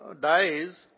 dies